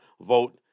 vote